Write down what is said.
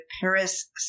Paris